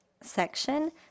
section